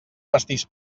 pastís